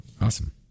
Awesome